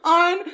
on